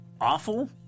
awful